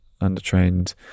under-trained